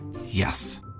yes